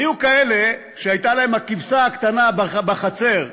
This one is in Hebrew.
היו כאלה שהייתה להם הכבשה הקטנה בחצר: